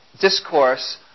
discourse